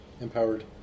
Empowered